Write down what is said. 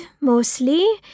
mostly